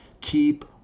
Keep